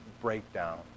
breakdown